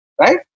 Right